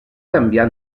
canviar